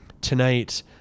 tonight